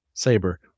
saber